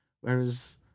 whereas